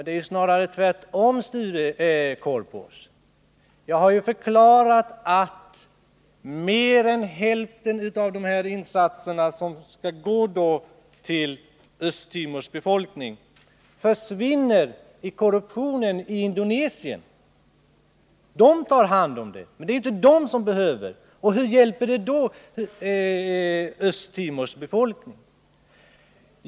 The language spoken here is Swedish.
Det är ju snarare tvärtom, Sture Korpås. Jag har ju förklarat att mer än hälften av de insatser som skall gå till Östtimors befolkning försvinner i korruptionen i Indonesien. Indonesierna tar hand om hjälpen, men det är inte de som behöver den. Hur hjälper den då Östtimors befolkning?